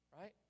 Right